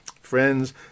Friends